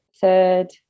third